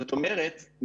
זאת אומרת,